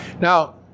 Now